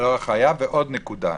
ועוד נקודה.